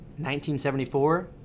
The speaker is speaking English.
1974